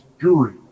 jury